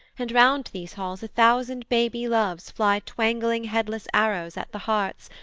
and round these halls a thousand baby loves fly twanging headless arrows at the hearts,